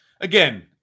again